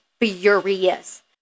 furious